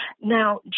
Now